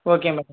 okay madam